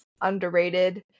underrated